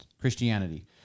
Christianity